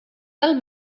del